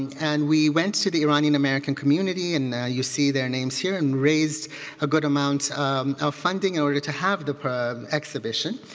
and we went to the iranian american community and you see their names here, and raised a good amount um of funding in order to have the exhibition.